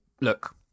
look